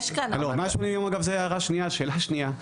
לא, 180 יום זו ההערה השנייה, השאלה השנייה.